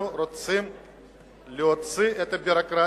אנחנו רוצים להוציא את הביורוקרטיה,